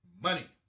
money